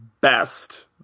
best